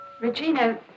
Regina